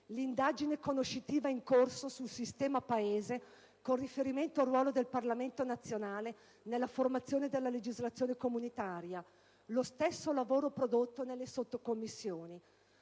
all'indagine conoscitiva in corso sul sistema Paese con riferimento al ruolo del Parlamento nazionale nella formazione della legislazione comunitaria. Penso anche allo stesso lavoro prodotto nelle Sottocommissioni.